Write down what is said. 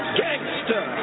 gangster